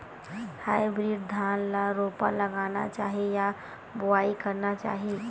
Hybrid धान ल रोपा लगाना चाही या बोआई करना चाही?